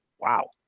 Wow